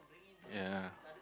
ya